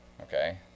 okay